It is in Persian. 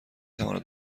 تواند